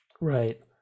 Right